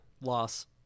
Loss